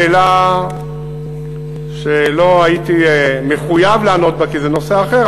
לגבי השאלה שלא הייתי מחויב לענות עליה כי זה נושא אחר,